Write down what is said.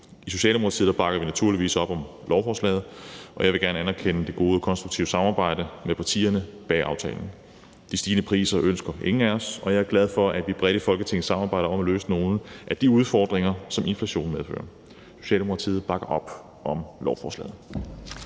I Socialdemokratiet bakker vi naturligvis op om lovforslaget, og jeg vil gerne anerkende det gode og konstruktive samarbejde med partierne bag aftalen. De stigende priser ønsker ingen af os, og jeg er glad for, at vi bredt i Folketinget samarbejder om at løse nogle af de udfordringer, som inflationen medfører. Socialdemokratiet bakker op om lovforslaget.